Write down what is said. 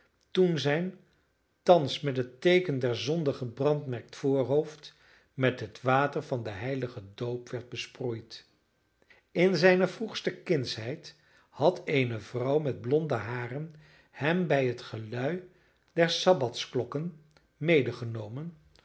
gelegd toen zijn thans met het teeken der zonde gebrandmerkt voorhoofd met het water van den heiligen doop werd besproeid in zijne vroegste kindsheid had eene vrouw met blonde haren hem bij het gelui der sabbatklokken